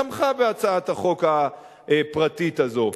תמכה בהצעת החוק הפרטית הזאת.